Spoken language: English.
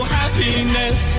happiness